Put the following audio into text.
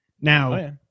Now